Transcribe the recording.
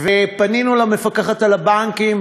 פנינו למפקחת על הבנקים,